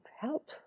help